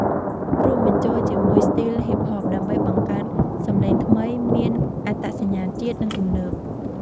រួមបញ្ចូលជាមួយស្ទីលហ៊ីបហប ដើម្បីបង្កើតសម្លេងថ្មីមានអត្តសញ្ញាណជាតិ និងទំនើប។